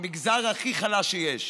המגזר הכי חלש שיש.